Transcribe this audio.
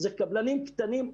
אלה קבלנים קטנים.